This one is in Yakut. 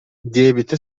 диэбитэ